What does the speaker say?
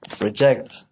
reject